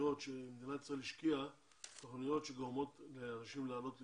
התוכניות שמדינת ישראל השקיעה אלה תוכניות שגורמות לאנשים לעלות לישראל,